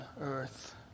earth